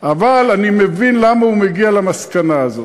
אבל אני מבין למה הוא מגיע למסקנה הזאת.